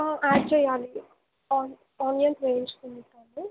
add చేయాలి ఆని onions వేయించుకుని కానీ